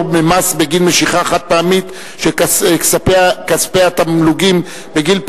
ממס בגין משיכה חד-פעמית של כספי התגמולים בגיל פרישה),